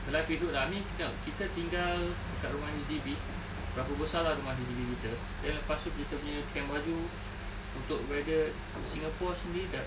livelihood lah I mean tengok kita tinggal dekat rumah H_D_B berapa besar lah rumah H_D_B kita then lepas tu kita punya kain baju untuk weather singapore sendiri dah